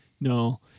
no